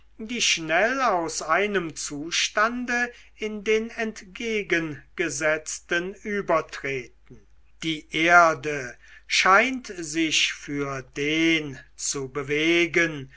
die schnell aus einem zustande in den entgegengesetzten übertreten die erde scheint sich für den zu bewegen